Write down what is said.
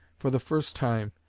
for the first time,